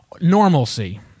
normalcy